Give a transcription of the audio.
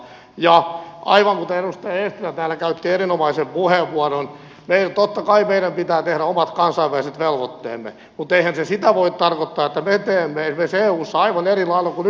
ja aivan kuten edustaja eestilä täällä käytti erinomaisen puheenvuoron niin totta kai meidän pitää tehdä omat kansainväliset velvoitteemme mutta eihän se sitä voi tarkoittaa että me teemme esimerkiksi eussa aivan eri lailla kuin yhdysvalloissa